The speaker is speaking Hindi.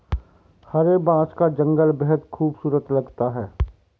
हरे बांस का जंगल बेहद खूबसूरत लगता है